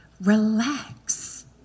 relax